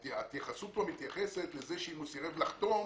ההתייחסות פה מתייחסת לזה שאם הוא סירב לחתום,